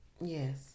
Yes